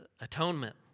atonement